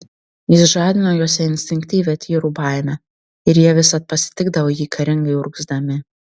jis žadino juose instinktyvią tyrų baimę ir jie visad pasitikdavo jį karingai urgzdami